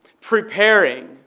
Preparing